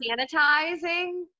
sanitizing